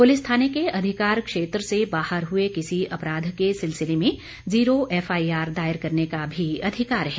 police थाने के अधिकार क्षेत्र से बाहर हुए किसी अपराध के सिलसिले में जीरो एफआईआर दायर करने का भी अधिकार है